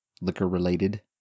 liquor-related